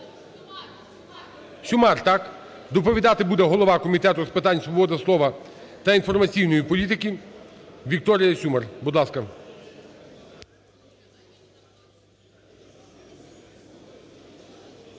Сюмар, так? Доповідати буде голова Комітету з питань свободи слова та інформаційної політики Вікторія Сюмар. Будь ласка.